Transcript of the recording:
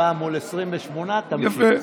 34 מול 28. תמשיך.